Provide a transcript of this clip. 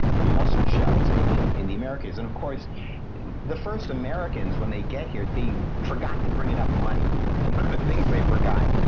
from muscle shells in in the americas. and of course the first americans, when they get here, they forgot to bring it up. money is one of the things they forgot.